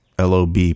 LOB